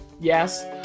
Yes